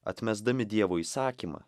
atmesdami dievo įsakymą